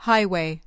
Highway